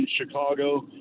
Chicago